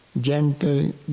gentle